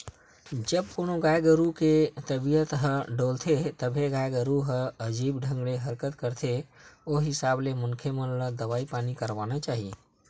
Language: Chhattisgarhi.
जब कोनो गाय गरु के तबीयत ह डोलथे तभे गाय गरुवा ह अजीब ढंग ले हरकत करथे ओ हिसाब ले मनखे मन ल दवई पानी करवाना चाही